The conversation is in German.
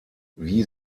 wie